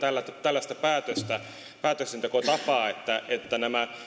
tällaista päätöksentekotapaa että että